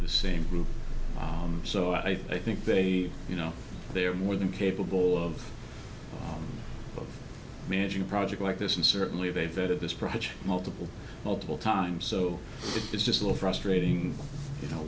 the same room so i think they you know they are more than capable of managing a project like this and certainly they vetted this project multiple multiple times so it's just a little frustrating you know